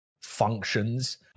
functions